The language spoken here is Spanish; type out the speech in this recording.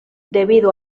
debido